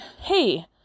hey